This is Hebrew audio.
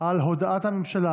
על הודעת הממשלה,